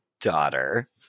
daughter